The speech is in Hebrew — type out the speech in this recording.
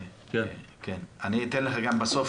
אני אתן לך גם בסוף,